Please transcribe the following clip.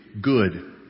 good